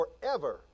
forever